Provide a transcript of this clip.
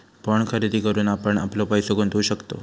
bond खरेदी करून आपण आपलो पैसो गुंतवु शकतव